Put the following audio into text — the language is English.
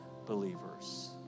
believers